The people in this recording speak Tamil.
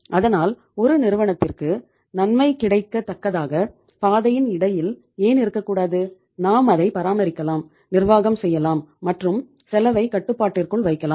அதனால் ஒரு நிறுவனத்திற்கு நன்மை கிடைக்க தக்கதாக பாதையின் இடையில் ஏன் இருக்கக்கூடாது நாம் அதை பராமரிக்கலாம் நிர்வாகம் செய்யலாம் மற்றும் செலவை கட்டுப்பாட்டிற்குள் வைக்கலாம்